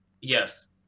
Yes